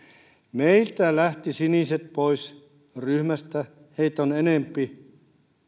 meiltä lähtivät siniset pois ryhmästä heitä on enempi